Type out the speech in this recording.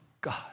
God